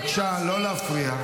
בבקשה לא להפריע.